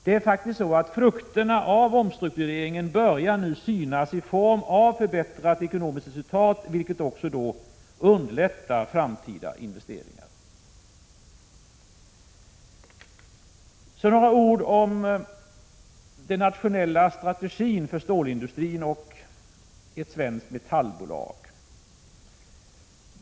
Det är faktiskt så att frukterna av omstruktureringen nu börjar synas i form av förbättrat ekonomiskt resultat, vilket också underlättar framtida investeringar. Sedan några ord om den nationella strategin för stålindustrin och ett svenskt metallbolag.